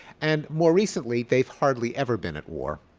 and more recently, they've hardly ever been at war.